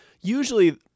usually